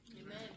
Amen